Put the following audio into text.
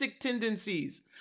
tendencies